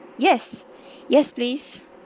yes yes please